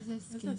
איזה הסכם?